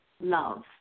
love